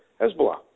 Hezbollah